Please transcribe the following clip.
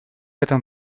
этом